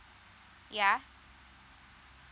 yeah